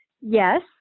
yes